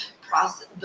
process